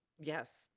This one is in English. Yes